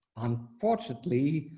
unfortunately,